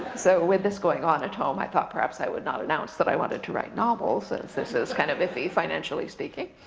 so with this going on at home, i thought perhaps that i would not announce that i wanted to write novels, since this is kind of iffy, financially speaking.